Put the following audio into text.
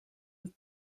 have